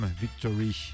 Victory